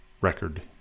record